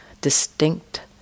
distinct